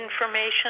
information